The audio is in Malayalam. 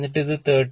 എന്നിട്ടു ഇത് 13